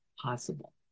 possible